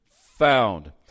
found